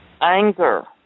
Anger